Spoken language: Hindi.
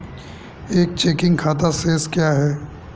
एक चेकिंग खाता शेष क्या है?